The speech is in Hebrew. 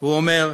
הוא אומר,